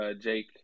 Jake